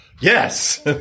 yes